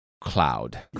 cloud